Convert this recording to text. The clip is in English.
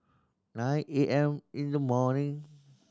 nine A M in the morning